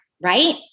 right